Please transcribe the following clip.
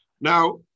now